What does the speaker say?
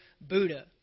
Buddha